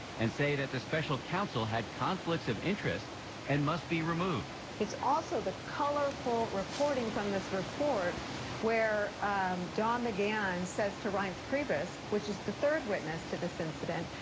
and say that the special counsel had conflicts of interest and must be removed. it's also the colorful reporting from this report where don mcgahn says to reince priebus, which is the third witness to this incident,